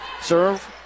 Serve